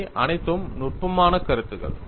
இவை அனைத்தும் நுட்பமான கருத்துக்கள்